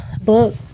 book